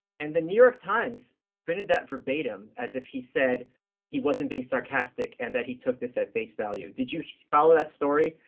and the new york times printed that verbatim, as if he said he wasn't being sarcastic and that he took this at face value. did you follow that story,